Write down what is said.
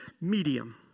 medium